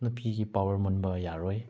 ꯅꯨꯄꯤꯒꯤ ꯄꯥꯋꯥꯔ ꯃꯨꯟꯕ ꯌꯥꯔꯣꯏ